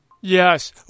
Yes